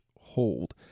Hold